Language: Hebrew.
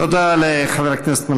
תודה לחבר הכנסת מלכיאלי.